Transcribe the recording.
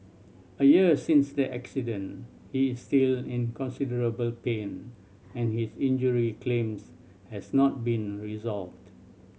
a year since the accident he is still in considerable pain and his injury claims has not been resolved